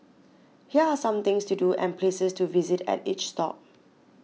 here are some things to do and places to visit at each stop